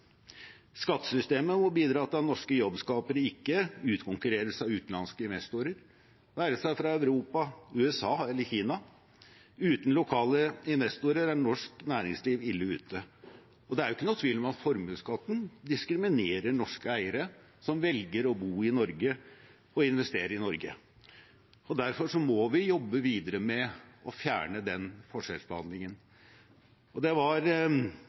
Skattesystemet må bidra til at norske jobbskapere ikke utkonkurreres av utenlandske investorer, det være seg fra Europa, USA eller Kina. Uten lokale investorer er norsk næringsliv ille ute. Det er ikke noen tvil om at formuesskatten diskriminerer norske eiere som velger å bo i Norge og investere i Norge. Derfor må vi jobbe videre med å fjerne den forskjellsbehandlingen. Det var